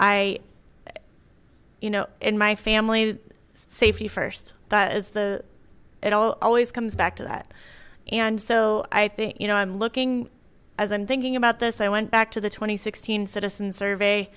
i you know in my family safety first that is the it all always comes back to that and so i think you know i'm looking as i'm thinking about this i went back to the twenty six thousand citizens survey